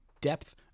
depth